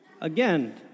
Again